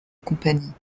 compagnie